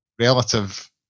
relative